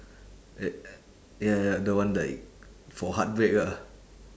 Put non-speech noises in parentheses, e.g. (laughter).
(noise) ya ya the one like for heartbreak ah